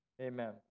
Amen